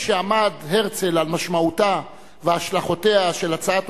משעמד הרצל על משמעותה והשלכותיה של הצעת